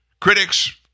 Critics